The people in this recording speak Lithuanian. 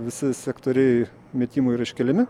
visi sektoriai metimų yra iškeliami